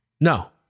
No